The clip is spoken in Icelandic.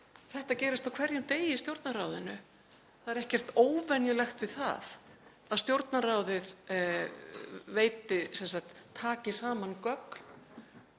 Þetta gerist á hverjum degi í Stjórnarráðinu. Það er ekkert óvenjulegt við það að Stjórnarráðið taki saman gögn,